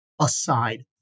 aside